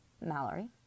Mallory